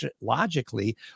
logically